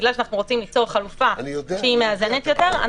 ובגלל שאנחנו רוצים ליצור חלופה שהיא מאזנת יותר,